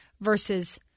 versus